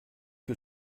que